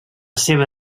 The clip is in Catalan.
seva